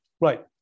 Right